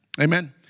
Amen